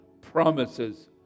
promises